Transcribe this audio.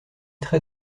très